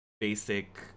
basic